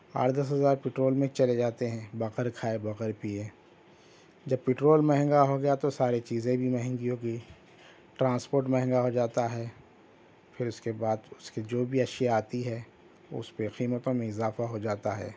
آٹھ دس ہزار پٹرول میں چلے جاتے ہیں بغیر کھائے بغیر پیئے جب پٹرول مہنگا ہو گیا تو ساری چیزیں بھی مہنگی ہو گئی ٹرانسپورٹ مہنگا ہو جاتا ہے پھر اس کے بعد اس کے جو بھی اشیاء آتی ہے اس پہ قیمتوں میں اضافہ ہو جاتا ہے